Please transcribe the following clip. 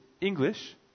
English